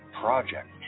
project